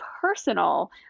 personal